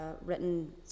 written